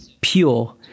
pure